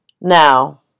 Now